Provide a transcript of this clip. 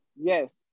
Yes